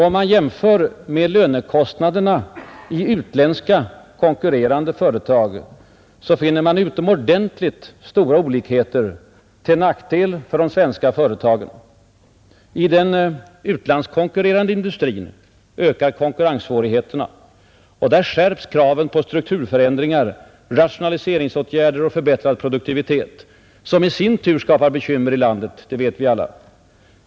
Om man jämför med lönekostnaderna i utländska konkurrerande företag, finner man utomordentligt stora olikheter till nackdel för de svenska företagen. I den utlandskonkurrerande industrin ökar konkurrenssvårigheterna och skärps kraven på strukturförändringar, rationaliseringsåtgärder och förbättrad produktivitet, något som i sin tur skapar anställningsoch sysselsättningsbekymmer i landet — det vet vi alla.